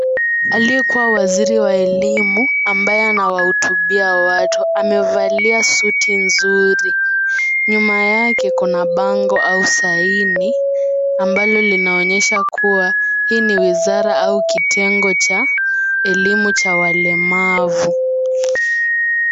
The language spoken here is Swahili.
Aliyekuwa waziri wa elimu ambaye anawahutubia watu, amevalia suti nzuri. Nyuma yake kuna bango au saini, ambalo linaonyesha kuwa hii ni wizara au kitengo cha elimu cha walemavu.